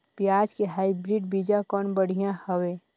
पियाज के हाईब्रिड बीजा कौन बढ़िया हवय?